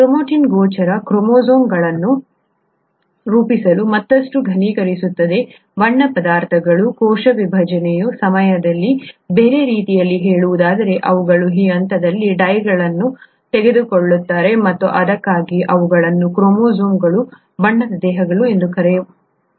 chromatin ಗೋಚರ ಕ್ರೋಮೋಸೊಮ್ಗಳನ್ನು ರೂಪಿಸಲು ಮತ್ತಷ್ಟು ಘನೀಕರಿಸುತ್ತದೆ ಬಣ್ಣ ಪದಾರ್ಥಗಳು ಕೋಶ ವಿಭಜನೆಯ ಸಮಯದಲ್ಲಿ ಬೇರೆ ರೀತಿಯಲ್ಲಿ ಹೇಳುವುದಾದರೆ ಅವುಗಳು ಈ ಹಂತದಲ್ಲಿ ಡೈಗಳನ್ನು ತೆಗೆದುಕೊಳ್ಳುತ್ತಾರೆ ಮತ್ತು ಅದಕ್ಕಾಗಿಯೇ ಅವುಗಳನ್ನು ಕ್ರೋಮೋಸೊಮ್ಗಳು ಬಣ್ಣದ ದೇಹಗಳು ಎಂದು ಕರೆಯಲಾಗುತ್ತದೆ